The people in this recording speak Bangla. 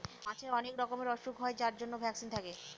মাছের অনেক রকমের ওসুখ হয় যার জন্য ভ্যাকসিন থাকে